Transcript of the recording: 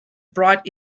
brought